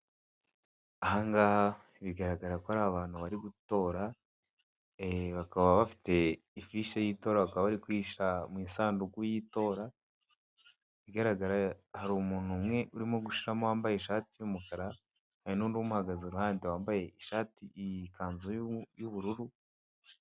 Aha ngaha bigaragara ko ari abantu bari gutora ee bakaba bafite ifishi y'itora bakaba bari kuyishyira mu isanduku y'itora ikigaragara hari umuntu umwe urimo gushyiramo wambaye ishati y'umukara hari n'undi umuhagaze iruhande wambaye ishati ikanzu y'ubururu.